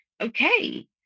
Okay